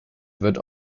wird